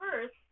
first